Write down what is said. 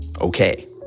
okay